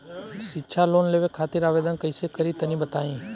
शिक्षा लोन लेवे खातिर आवेदन कइसे करि तनि बताई?